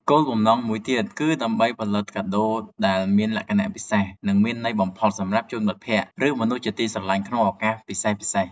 គោលបំណងមួយទៀតគឺដើម្បីផលិតកាដូដែលមានលក្ខណៈពិសេស និងមានន័យបំផុតសម្រាប់ជូនមិត្តភក្តិ ឬមនុស្សជាទីស្រឡាញ់ក្នុងឱកាសពិសេសៗ។